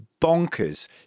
bonkers